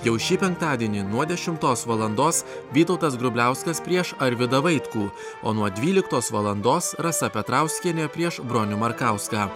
jau šį penktadienį nuo dešimtos valandos vytautas grubliauskas prieš arvydą vaitkų o nuo dvyliktos valandos rasa petrauskienė prieš bronių markauską